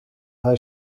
hij